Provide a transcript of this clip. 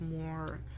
more